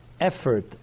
effort